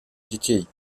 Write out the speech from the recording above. детей